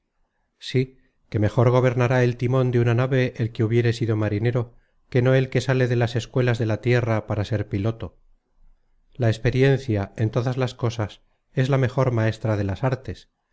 sí que mejor gobernará el timon de una nave el que hubiere sido marinero que no el que sale de las escuelas de la tierra para ser piloto la experiencia en todas las cosas es la mejor maestra de las artes